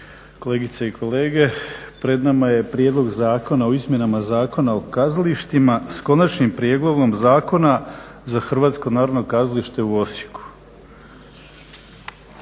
kolegice i kolege. Pred nama je Prijedlog zakona o izmjenama Zakona o kazalištima, s konačnim prijedlogom zakona, za Hrvatsko narodno kazalište u Osijeku.